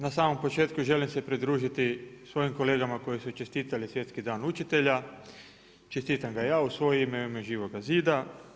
Na samom početku želim se pridružiti svojim kolegama koji su čestitali svjetski dan učitelja, čestitam ga i ja u svoje ime i u ime Živoga zida.